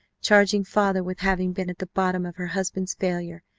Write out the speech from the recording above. charging father with having been at the bottom of her husband's failure,